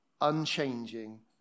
unchanging